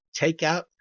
takeout